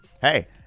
hey